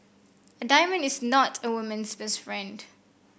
a diamond is not a woman's best friend